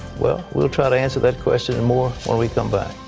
well, will try to answer that question and more when we come back.